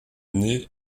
nez